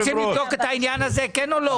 אתם רוצים לבדוק את העניין הזה, כן או לא?